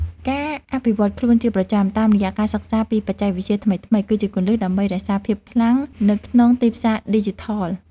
ការអភិវឌ្ឍខ្លួនជាប្រចាំតាមរយៈការសិក្សាពីបច្ចេកវិទ្យាថ្មីៗគឺជាគន្លឹះដើម្បីរក្សាភាពខ្លាំងនៅក្នុងទីផ្សារឌីជីថល។